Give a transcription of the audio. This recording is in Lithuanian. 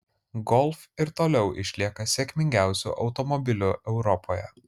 golf ir toliau išlieka sėkmingiausiu automobiliu europoje